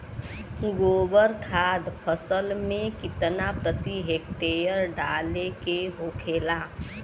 गोबर खाद फसल में कितना प्रति हेक्टेयर डाले के होखेला?